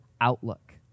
outlook